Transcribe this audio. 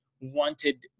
wanted